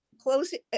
closing